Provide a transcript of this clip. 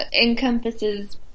encompasses